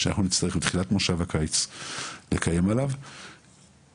כבר בתחילת מושב הקיץ אנחנו נצטרך לקיים דיון נוסף בנושא הזה.